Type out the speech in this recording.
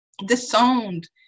disowned